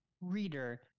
reader